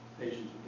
patients